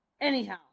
Anyhow